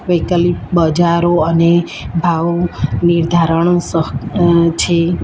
વૈકલ્પિક બજારો અને ભાવ નિર્ધારણ સહ છે